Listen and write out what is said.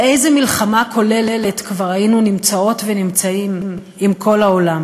באיזה מלחמה כוללת כבר היינו נמצאות ונמצאים עם כל העולם?